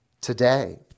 Today